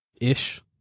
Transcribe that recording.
ish